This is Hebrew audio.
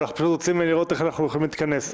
אנחנו רוצים לראות איך אנחנו יכולים להתכנס.